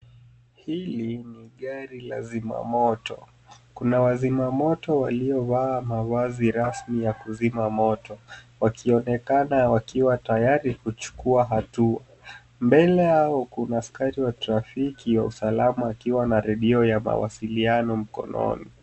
Hili ni gari la zima moto, Kuna wazima moto waliovaa mavazi rasmi ya kuzima moto wakionekana wakiwa tayari kuchukua hatua. Mbele Yao Kuna askari wa trafiki wa usalama akiwa na redio ya mawasiliano mkononi.